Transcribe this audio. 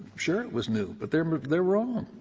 sure it was new but they're um they're wrong.